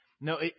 No